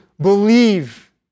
believe